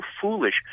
foolish